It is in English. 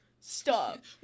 stop